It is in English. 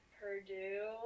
Purdue